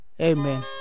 Amen